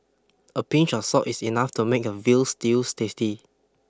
a pinch of salt is enough to make a veal stews tasty